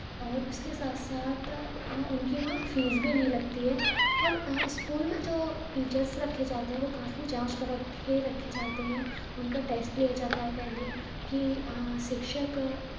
और उसके साथ साथ अ उनकी वहाँ फीस भी नहीं लगती है और अ स्कूल में जो टीचर्स रखे जाते हैं वो काफ़ी जाँच परख के रखे जाते हैं उनका टैस्ट लिया जाता है पहले की अ शिक्षक